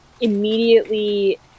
immediately